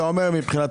אתה אומר מבחינתכם,